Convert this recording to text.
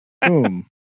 Boom